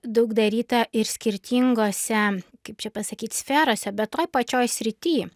daug daryta ir skirtingose kaip čia pasakyt sferose bet toj pačioj sritį